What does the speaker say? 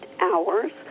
hours